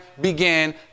began